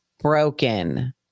broken